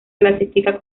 clasifica